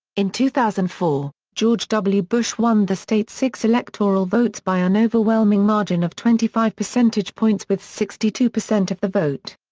in two thousand and four, george w. bush won the state's six electoral votes by an overwhelming margin of twenty five percentage points with sixty two percent of the vote.